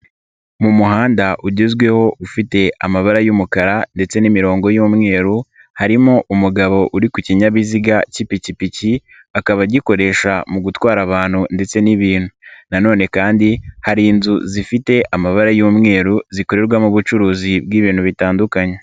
Mu muhanda ugezweho ufite amabara y'umukara ndetse n'imirongo y'umweru, harimo umugabo uri ku kinyabiziga k'ipikipiki, akaba agikoresha mu gutwara abantu ndetse n'ibintu na none kandi hari inzu zifite amabara y'umweru zikorerwamo ubucuruzi bw'ibintu bitandukanye.